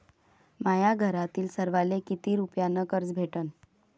माह्या घरातील सर्वाले किती रुप्यान कर्ज भेटन?